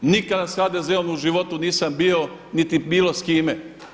Nikada sa HDZ-om u životu nisam bio niti bilo s kime.